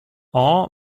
all